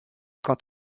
quant